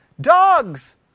Dogs